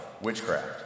witchcraft